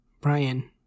Brian